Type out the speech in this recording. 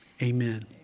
Amen